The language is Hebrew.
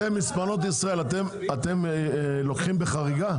מספנות ישראל, אתם לוקחים בחריגה?